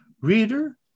Reader